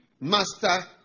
master